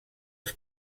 els